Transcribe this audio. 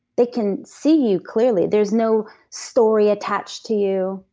they can see you clearly. there's no story attached to you.